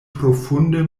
profunde